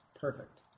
Perfect